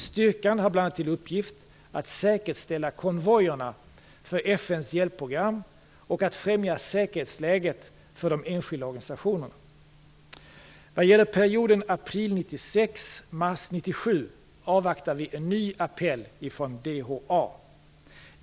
Styrkan har bl.a. till uppgift att säkerställa konvojerna för FN:s hjälpprogram och att främja säkerhetsläget för de enskilda organisationerna. Vad gäller perioden april 1996-mars 1997 avvaktar vi en ny appell från DHA.